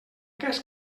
cas